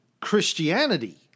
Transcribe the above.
Christianity